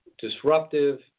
disruptive